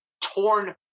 torn